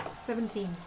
Seventeen